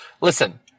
listen